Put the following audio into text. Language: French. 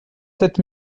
sept